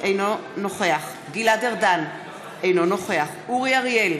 אינו נוכח גלעד ארדן, אינו נוכח אורי אריאל,